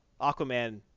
Aquaman